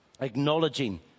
acknowledging